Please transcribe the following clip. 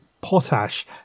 potash